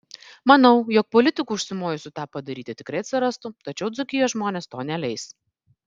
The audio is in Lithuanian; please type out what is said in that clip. manau jog politikų užsimojusių tą padaryti tikrai atsirastų tačiau dzūkijos žmonės to neleis